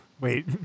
Wait